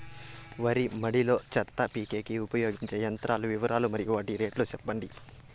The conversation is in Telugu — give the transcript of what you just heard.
వరి మడి లో చెత్త పీకేకి ఉపయోగించే యంత్రాల వివరాలు మరియు వాటి రేట్లు చెప్పండి?